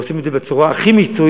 אך עושים את זה בצורה הכי מקצועית,